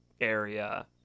area